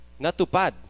Natupad